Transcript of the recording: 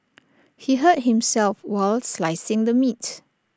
he hurt himself while slicing the meat